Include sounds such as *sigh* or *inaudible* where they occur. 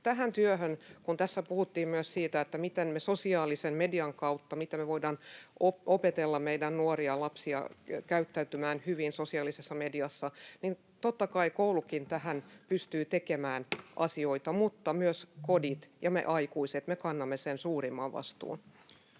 tähän työhön. Kun tässä puhuttiin myös siitä, miten me voidaan opettaa meidän nuoriamme, lapsiamme käyttäytymään hyvin sosiaalisessa mediassa, niin totta kai koulukin tähän pystyy tekemään asioita, *noise* mutta myös kodit ja me aikuiset — me kannamme sen suurimman vastuun.